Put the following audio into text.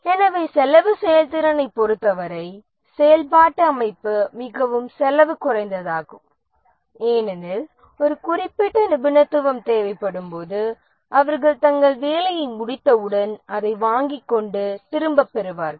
எனவே செலவு செயல்திறனைப் பொருத்தவரை செயல்பாட்டு அமைப்பு மிகவும் செலவு குறைந்ததாகும் ஏனெனில் ஒரு குறிப்பிட்ட நிபுணத்துவம் தேவைப்படும்போது அவர்கள் தங்கள் வேலையை முடித்தவுடன் அதை வாங்கிக் கொண்டு திரும்பப் பெறுவார்கள்